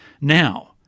now